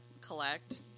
collect